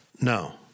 No